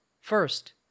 First